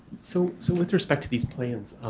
so so with respect to these plans,